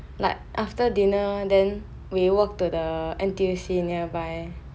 like after dinner then we walk to the N_T_U_C nearby